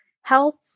health